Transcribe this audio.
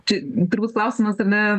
čia turbūt klausimas ar ne